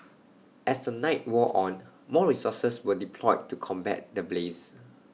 as the night wore on more resources were deployed to combat the blaze